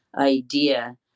idea